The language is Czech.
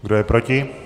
Kdo je proti?